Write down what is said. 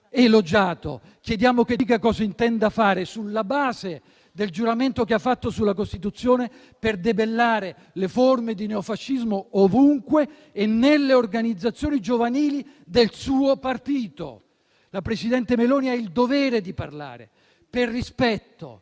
elogiato. Chiediamo che dica cosa intende fare, sulla base del giuramento che ha fatto sulla Costituzione, per debellare le forme di neofascismo, ovunque e nelle organizzazioni giovanili del suo partito. La presidente Meloni ha il dovere di parlare, per rispetto